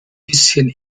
bisschen